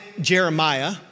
Jeremiah